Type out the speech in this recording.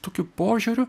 tokiu požiūriu